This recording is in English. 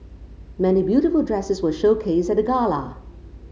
many beautiful dresses were showcased at the gala